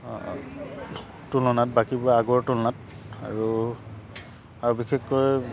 তুলনাত বাকীবোৰ আগৰ তুলনাত আৰু আৰু বিশেষকৈ